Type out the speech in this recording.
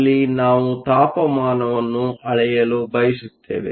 ಅಲ್ಲಿ ನಾವು ತಾಪಮಾನವನ್ನು ಅಳೆಯಲು ಬಯಸುತ್ತೇವೆ